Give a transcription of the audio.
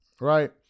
right